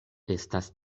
estas